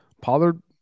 Pollard